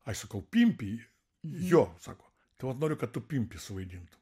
ai sakau pimpį jo sako tai vat noriu kad tu pimpį suvaidintum